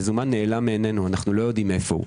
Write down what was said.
מזומן נעלם מעינינו, אנו לא יודעים איפה הוא.